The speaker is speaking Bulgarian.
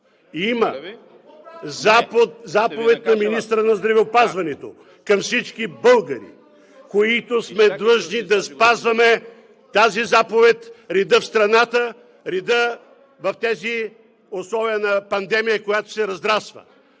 има заповед на министъра на здравеопазването към всички българи, които сме длъжни да спазваме тази заповед, реда в страната, реда в тези условия на пандемия, която се разраства.